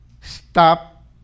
stop